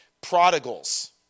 prodigals